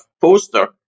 poster